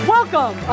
Welcome